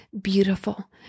beautiful